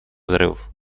взрывов